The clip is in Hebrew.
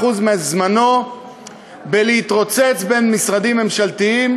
מזמנו בהתרוצצות בין משרדים ממשלתיים,